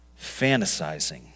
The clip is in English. fantasizing